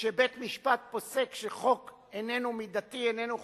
כשבית-משפט פוסק שחוק איננו מידתי, איננו חוקתי,